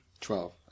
Twelve